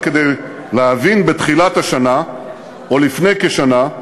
רק כדי להבין, בתחילת השנה, או לפני כשנה,